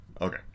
Okay